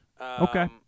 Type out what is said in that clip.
Okay